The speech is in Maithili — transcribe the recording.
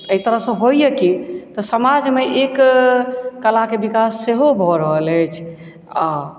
तऽ एहि तरहसँ होइए कि तऽ समाजमे ई एक तरहसँ कलाके विकास सेहो भऽ रहल अछि आओर